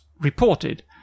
reported